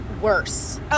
worse